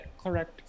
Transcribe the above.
Correct